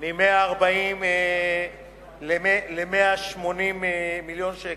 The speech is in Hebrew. מ-140 ל-180 מיליון ש"ח.